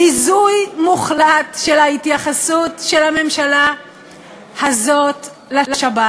זה ביזוי מוחלט של ההתייחסות של הממשלה הזאת לשבת.